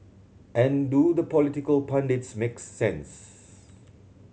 and do the political pundits make sense